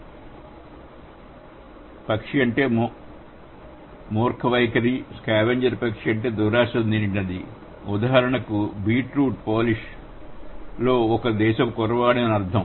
primate ప్రవర్తన అంటే అది చూపించే క్రూరత్వం పక్షి అంటే మూర్ఖ వైఖరి స్కావెంజర్ పక్షి అంటే దురాశతో నిండినది ఉదాహరణకు బీట్రూట్ పోలిష్లో ఒక దేశపు కుర్రవాడు అని అర్థం